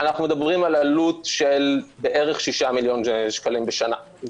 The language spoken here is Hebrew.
אנחנו מדברים על עלות של בערך 6 מיליון שקלים בשנה.